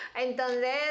Entonces